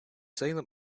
salem